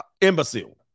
imbecile